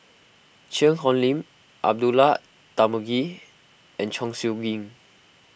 Cheang Hong Lim Abdullah Tarmugi and Chong Siew Ying